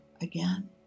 again